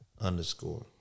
underscore